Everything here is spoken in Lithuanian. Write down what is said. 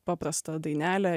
paprastą dainelę